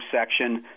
section